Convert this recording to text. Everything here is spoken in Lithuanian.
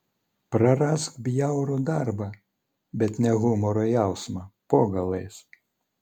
prarask bjaurų darbą bet ne humoro jausmą po galais